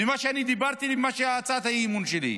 בין מה שאני אמרתי להצעת האי-אמון שלי.